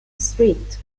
street